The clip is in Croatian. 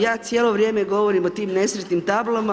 Ja cijelo vrijeme govorim o tim nesretnim tablama.